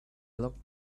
locked